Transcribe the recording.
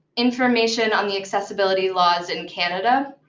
information on the accessibility laws in canada.